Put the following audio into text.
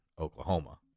Oklahoma